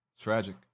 Tragic